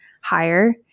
higher